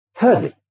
Thirdly